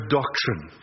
doctrine